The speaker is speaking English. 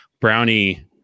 brownie